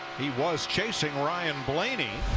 he was chasing ryan blaney.